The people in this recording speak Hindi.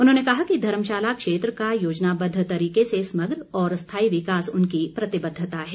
उन्होंने कहा कि धर्मशाला क्षेत्र का योजनाबद्व तरीके से समग्र और स्थायी विकास उनकी प्रतिबद्धता है